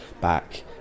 back